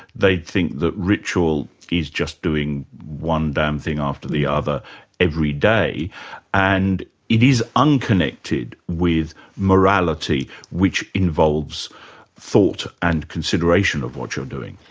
they'd think that ritual is just doing one damn thing after the other every day and it is unconnected with morality which involves thought and consideration of what you're doing.